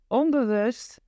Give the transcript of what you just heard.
onbewust